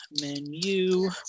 menu